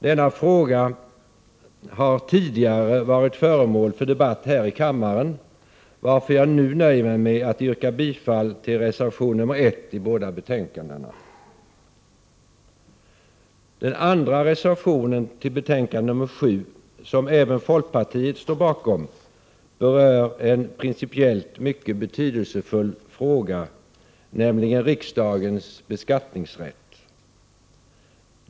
Denna fråga har tidigare varit föremål för debatt här i kammaren, varför jag nu nöjer mig med att yrka bifall till reservation nr 1 i båda betänkandena. Reservation nr 2 till betänkande nr 7, som även folkpartiet står bakom, berör en principiellt mycket betydelsfull fråga, nämligen riksdagens beskattningsrätt.